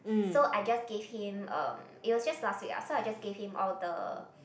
so I just give him um it was just last week lah so I just give him all the